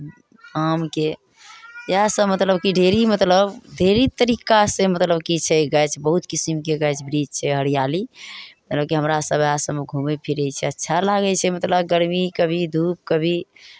आमके यहए सभ मतलब कि ढेरी मतलब ढेरी तरीकासँ मतलब कि छै गाछ बहुत किसिमके गाछ वृक्ष छै हरियाली मतलब कि हमरासभ उएह सभमे घूमै फिरै छियै अच्छा लागै छै मतलब गरमी कभी धूप कभी